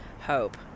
hope